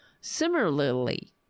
Similarly